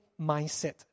mindset